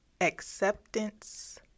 acceptance